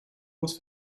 muss